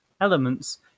elements